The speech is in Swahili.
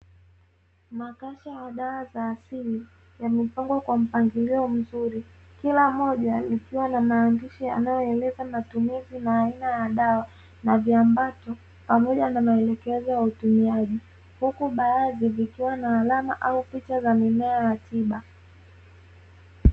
Makasha ya dawa za asili yamepangwa kwa mpangilio mzuri, kila moja likiwa na maandishi yanayoeleza matumizi na aina ya dawa na viambato pamoja na maelekezo ya utumiaji. Huku baadhi vikiwa na alama au picha za mimea ya tiba.